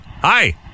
Hi